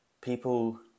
people